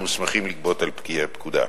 המוסמכים לגבות על-פי הפקודה.